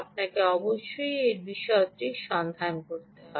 আপনাকে অবশ্যই এই বিশদটি সন্ধান করতে হবে